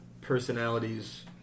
personalities